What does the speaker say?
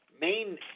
main